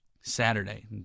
Saturday